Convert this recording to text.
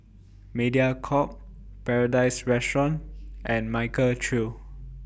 Mediacorp Paradise Restaurant and Michael Trio